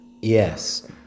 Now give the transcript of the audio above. Yes